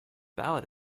ballad